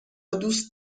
دوست